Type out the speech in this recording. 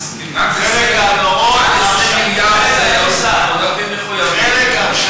היו גם עודפים מחויבים.